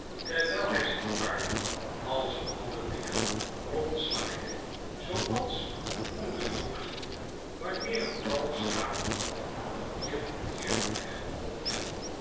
terwijl hij zijn armen als molenwieken rondzwaaide zooals boerenjohgens doen wanneer een kalf schaap of v ander dier den verkeerden weg op wil